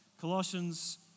Colossians